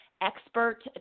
expert